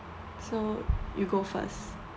so you go first